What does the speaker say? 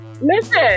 Listen